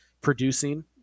producing